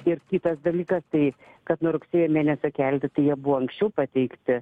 ir kitas dalykas tai kad nuo rugsėjo mėnesio kelti tai jie buvo anksčiau pateikti